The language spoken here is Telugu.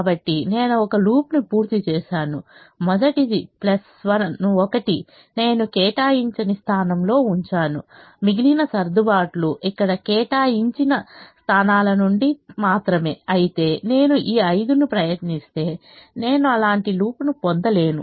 కాబట్టి నేను ఒక లూప్ను పూర్తి చేసాను మొదటిది 1 నేను కేటాయించని స్థానంలో ఉంచాను మిగిలిన సర్దుబాట్లు ఇక్కడ కేటాయించిన స్థానాల నుండి మాత్రమే అయితే నేను ఈ 5 ను ప్రయత్నిస్తే నేను అలాంటి లూప్ను పొందలేను